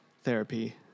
therapy